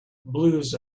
blues